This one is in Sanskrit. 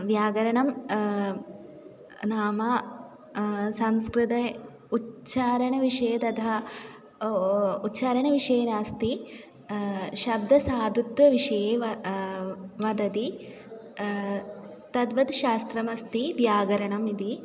व्याकरणं नाम संस्कृते उच्चारणविषये तथा उच्चारणविषये नास्ति शब्दसाधुत्वविषये व वदति तद्वत् शास्त्रमस्ति व्याकरणम् इति